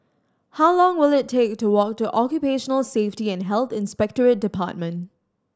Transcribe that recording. how long will it take to walk to Occupational Safety and Health Inspectorate Department